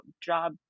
job